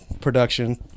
production